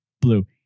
blue